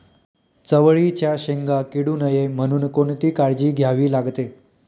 चवळीच्या शेंगा किडू नये म्हणून कोणती काळजी घ्यावी लागते?